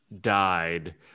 died